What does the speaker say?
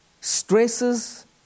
stresses